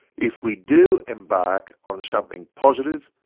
if we do embark on something positive,